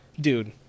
dude